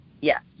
yes